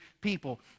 people